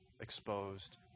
exposed